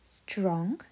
strong